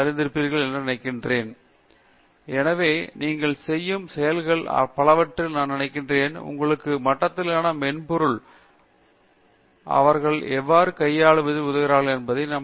பேராசிரியர் பிரதாப் ஹரிதாஸ் எனவே நீங்கள் செய்யும் செயல்களில் பலவற்றை நான் நினைக்கிறேன் உங்களுடைய மட்டத்திலான மென்பொருளை அவர்கள் எவ்வாறு கையாளுவதற்கு உதவுகிறார்கள் என்பதை நான் நினைக்கிறேன்